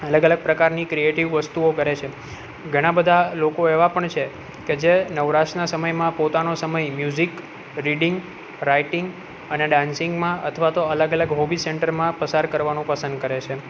અલગ અલગ પ્રકારની ક્રીએટિવ વસ્તુઓ કરે છે ઘણાં બધાં લોકો એવાં પણ છે કે જે નવરાશના સમયમાં પોતાનો સમય મ્યુઝિક રીડિંગ રાઇટિંગ અને ડાન્સિંગમાં અથવા તો અલગ અલગ હોબી સેન્ટરમાં પસાર કરવાનું પસંદ કરે છે